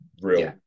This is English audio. Real